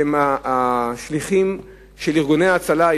שהם השליחים של ארגוני ההצלה,